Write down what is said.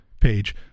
page